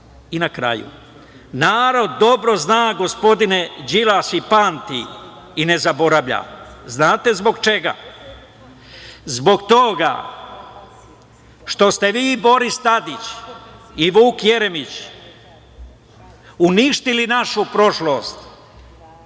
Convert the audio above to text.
kraju, narod dobro zna, gospodine Đilas, i pamte i ne zaboravlja. Znate zbog čega? Zbog toga što ste vi i Boris Tadić, Vuk Jeremić uništili našu prošlost,